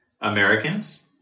Americans